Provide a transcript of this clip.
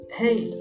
hey